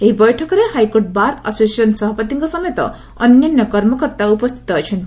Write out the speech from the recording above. ଏହି ବୈଠକରେ high court bar association ସଭାପତିଙ୍କ ସମେତ ଅନ୍ୟାନ୍ୟ କର୍ମକର୍ଭା ଉପସ୍ଥିତ ଅଛନ୍ତି